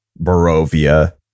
barovia